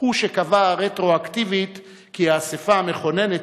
הוא שקבע רטרואקטיבית כי האספה המכוננת